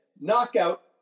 knockout